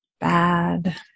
bad